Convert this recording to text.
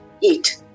eat